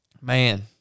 Man